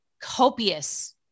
copious